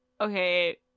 okay